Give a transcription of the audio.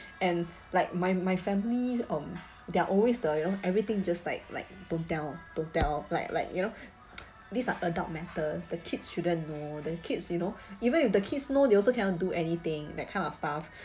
and like my my family um they're always the you know everything just like like don't tell don't tell like like you know these are adult matters the kids shouldn't know they're kids you know even if the kids know they also cannot do anything that kind of stuff